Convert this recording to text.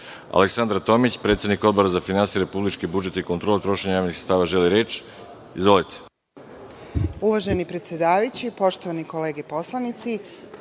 Aleksandra Tomić, predsednik Odbora za finansije, republički budžet i kontrolu trošenja javnih sredstava, želi reč? Izvolite.